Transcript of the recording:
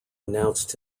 announced